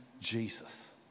Jesus